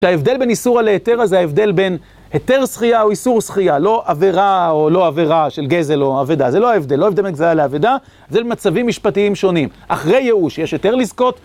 שההבדל בין איסורא להיתרא זה ההבדל בין היתר זכייה או איסור זכייה, לא 'עבירה או לא עבירה' של גזל או אבדה, זה לא ההבדל, לא ההבדל בין גזל לאבדה, זה למצבים משפטיים שונים. אחרי ייאוש יש היתר לזכות.